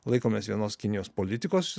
laikomės vienos kinijos politikos